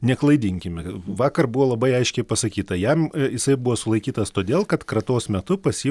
neklaidinkim vakar buvo labai aiškiai pasakyta jam jisai buvo sulaikytas todėl kad kratos metu pas jį